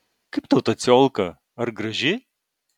kaip tau ta ciolka ar graži